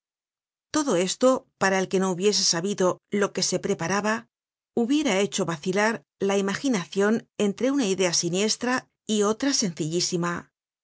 todo esto para el que no hubiese sabido lo que se preparaba hubiera hecho vacilar la imaginacion entre una idea siniestra y otra sencillísima